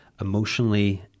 emotionally –